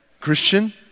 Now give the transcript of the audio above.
Christian